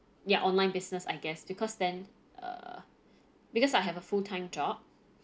ya online business I guess because then err because I have a full-time job